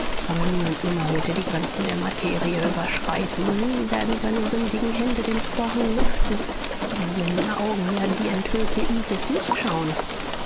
aber nie und nimmer wird er die grenzen der materie überschreiten nie werden seine sündigen hände den vorhang lüften seine blinden augen werden die enthüllte isis nicht schauen